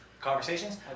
Conversations